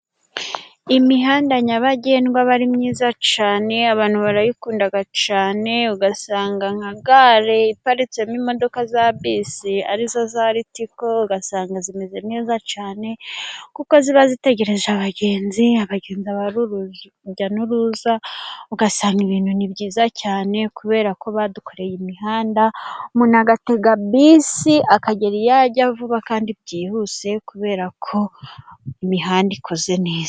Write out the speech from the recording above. Imihanda nyabagendwa iba ari myiza cyane, abantu barayikunda cyane, ugasanga nka gare iparitsemo imodoka za bisi ari zo za ritiko ugasanga zimeze neza cyane, kuko ziba zitegereje abagenzi, abagenzi baba ari urujya n'uruza ugasanga ibintu ni byiza cyane, kubera ko badukoreye imihanda umuntu agatega bisi akagera iyo ajya vuba kandi byihuse kubera ko imihanda ikoze neza.